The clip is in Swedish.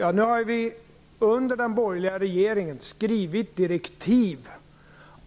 Fru talman! Under den borgerliga regeringsperioden har direktiv